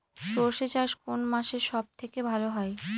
সর্ষে চাষ কোন মাসে সব থেকে ভালো হয়?